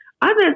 Others